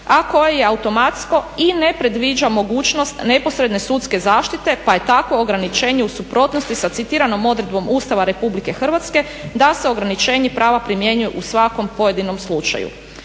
a koje je automatsko i ne predviđa mogućnost neposredne sudske zaštite. Pa je tako ograničenje u suprotnosti sa citiranom odredbom Ustava Republike Hrvatske da se ograničenje prava primjenjuje u svakom pojedinom slučaju.